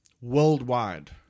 Worldwide